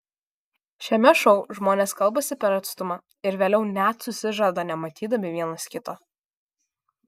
šiame šou žmonės kalbasi per atstumą ir vėliau net susižada nematydami vienas kito